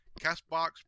CastBox